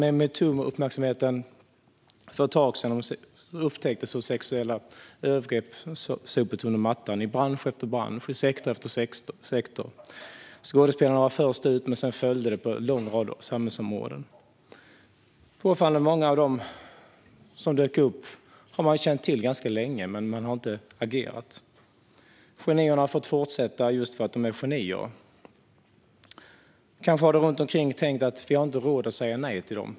I metoo-uppropen för ett tag sedan uppdagades hur sexuella övergrepp sopats under mattan i bransch efter bransch och sektor efter sektor. Skådespelarna var först ut, men upprop följde på en lång rad samhällsområden. Påfallande många av de fall som dök upp har man känt till ganska länge, men man har inte agerat. Genierna har fått fortsätta just för att de är genier. Kanske har de runt omkring tänkt att de inte har råd att säga nej till dem.